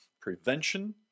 prevention